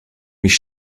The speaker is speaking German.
mich